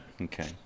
okay